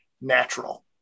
natural